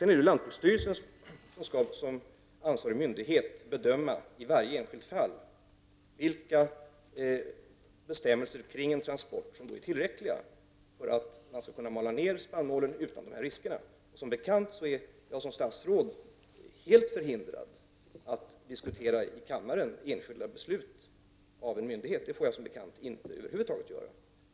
Sedan är det lantbruksstyrelsen, som ansvarig myndighet, som i varje enskilt fall skall bedöma vilka bestämmelser kring en transport som är tillräckliga för att spannmålen skall kunna malas ned utan risker. Som bekant är jag som statsråd helt förhindrad att i kammaren diskutera enskilda beslut av en myndighet.